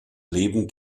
leben